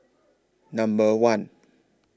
Number one